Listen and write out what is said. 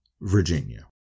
Virginia